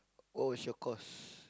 what was your course